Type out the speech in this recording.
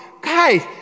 guys